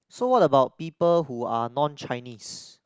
so what about people who are non Chinese